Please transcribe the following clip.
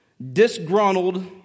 disgruntled